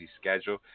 schedule